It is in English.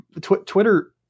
Twitter